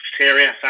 serious